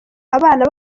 abana